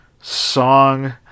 song